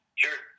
sure